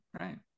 Right